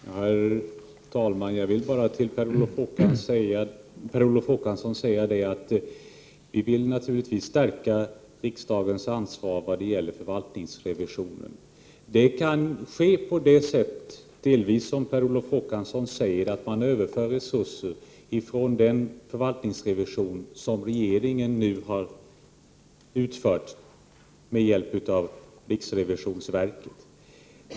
Herr talman! Jag vill till Per Olof Håkansson säga att vi moderater vill naturligtvis stärka riksdagens ansvar vad gäller förvaltningsrevisionen. Detta kan delvis ske såsom Per Olof Håkansson säger, nämligen att man överför resurser från den förvaltningsrevision som regeringen nu har utfört med hjälp av riksrevisionsverket.